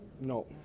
No